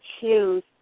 choose